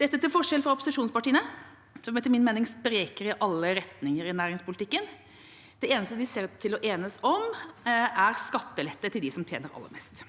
Dette til forskjell fra opposisjonspartiene, som etter min mening spriker i alle retninger i næringspolitikken. Det eneste de ser ut til å enes om, er skattelette til dem som tjener aller mest.